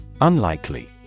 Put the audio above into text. Unlikely